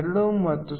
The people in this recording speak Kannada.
2 ಮತ್ತು 0